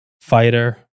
fighter